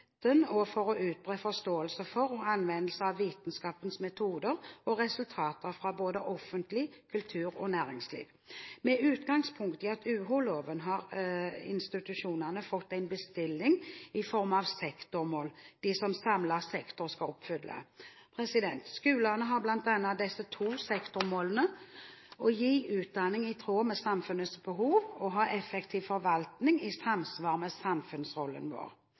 og å utbre forståelse for og anvendelse av vitenskapens metoder og resultater, både i offentlig forvaltning, kulturliv og næringsliv.» Med utgangspunkt i UH-loven har institusjonene fått en bestilling i form av sektormål de som samlet sektor skal oppfylle. Skolene har bl.a. de to sektormålene: å gi utdanning i tråd med samfunnets behov og å ha en effektiv forvaltning i samsvar med samfunnsrollen vår.